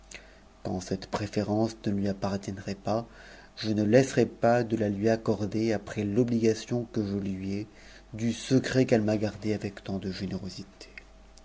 quand cette preterencc ne lui tnirtieadrajt pas je ne laisserais pas de la lui accorder après l'obligalion que je lui ai du secret qu'elle m'a gardé avec tant de générosité